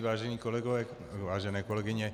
Vážení kolegové, vážené kolegyně.